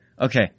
Okay